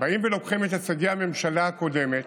באים ולוקחים את הישגי הממשלה הקודמת,